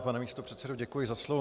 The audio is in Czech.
Pane místopředsedo, děkuji za slovo.